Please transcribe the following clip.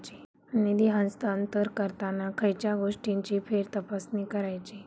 निधी हस्तांतरण करताना खयच्या गोष्टींची फेरतपासणी करायची?